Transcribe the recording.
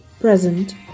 present